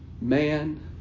man